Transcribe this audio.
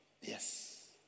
Yes